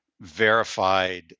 verified